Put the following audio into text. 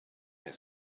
had